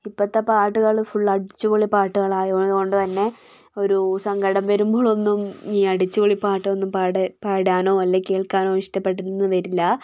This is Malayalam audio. ഇപ്പോഴത്തെ പാട്ടുകൾ ഫുൾ അടിച്ചുപൊളി പാട്ടുകളായതുകൊണ്ട് തന്നെ ഒരു സങ്കടം വരുമ്പോൾ ഒന്നും ഈ അടിച്ചുപൊളി പാട്ടൊന്നും പാടാൻ പാടാനോ അല്ലെങ്കിൽ കേൾക്കാനോ ഇഷ്ടപ്പെട്ടെന്നു വരില്ല